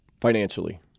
financially